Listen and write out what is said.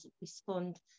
respond